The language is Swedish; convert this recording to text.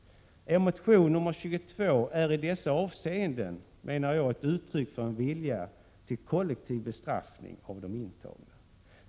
Er motion Ju22 är i dessa avseenden ett uttryck för en vilja att kollektivt bestraffa de intagna.